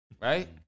right